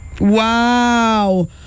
Wow